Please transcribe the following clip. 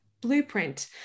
blueprint